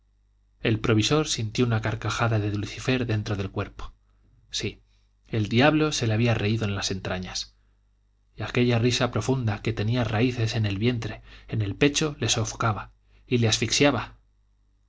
el provisor sintió una carcajada de lucifer dentro del cuerpo sí el diablo se le había reído en las entrañas y aquella risa profunda que tenía raíces en el vientre en el pecho le sofocaba y le asfixiaba